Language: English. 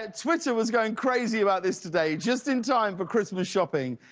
ah twitter was going crazy about this today. just in time for christmas shopping,